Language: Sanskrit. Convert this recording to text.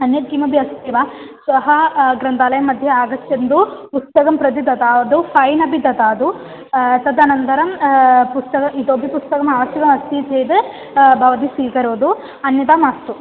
अन्यत् किमपि अस्ति वा श्वः ग्रन्थालयं मध्ये आगच्छन्तु पुस्तकं प्रति ददातु फ़ैन् अपि ददातु तदनन्तरं पुस्तकम् इतोपि पुस्तकम् आवश्यकमस्ति चेद् भवती स्वीकरोतु अन्यथा मास्तु